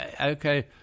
Okay